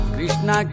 Krishna